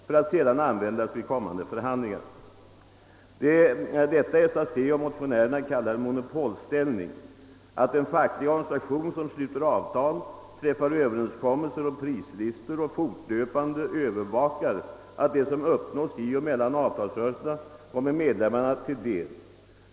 för att använda det vid kommande förhandlingar. Det är detta SAC och motionärerna kallar monopolställning: att den fackliga organisation som sluter: avtal även träffar överenskommelse om prislistor och fortlöpande övervakar att det som uppnås i och mellan avtalsrörelserna kommer medlemmarna till del.